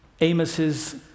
Amos's